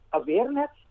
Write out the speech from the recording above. awareness